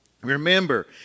Remember